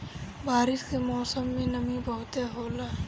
बारिश के मौसम में नमी बहुते होला